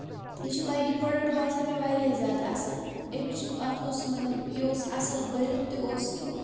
یہِ چھُ واریاہ یہِ پروڈکٹ باسیٚو مےٚ واریاہ زیادٕ اَصٕل اَمِچ اَتھ اوس مطلب یہِ اوس مطلب بٔرِتھ تہِ اوس یہِ